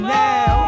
now